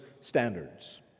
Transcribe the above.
standards